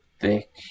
thick